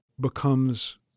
becomes